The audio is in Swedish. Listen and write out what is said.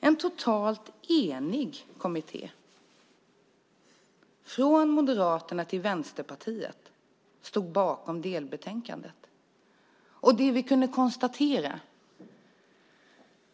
En helt enig kommitté, från Moderaterna till Vänsterpartiet, stod bakom delbetänkandet. Och det som vi kunde konstatera